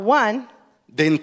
one